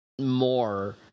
more